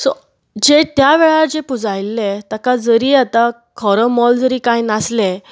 so जे त्या वेळांर जे पुंजायल्ले ताका जरी आतां खरो मोल जरी कांय नासलें